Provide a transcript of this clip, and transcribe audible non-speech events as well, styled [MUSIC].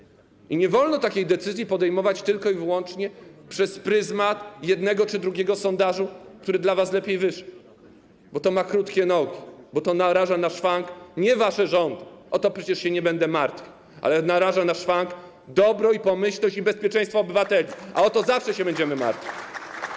I nie wolno takiej decyzji podejmować tylko i wyłącznie przez pryzmat jednego czy drugiego sondażu, który dla was lepiej wyszedł, bo to ma krótkie nogi, bo to naraża na szwank nie wasze rządy - o to przecież się nie będę martwił - ale naraża na szwank dobro, pomyślność i bezpieczeństwo obywateli, [APPLAUSE] a o to zawsze będziemy się martwić.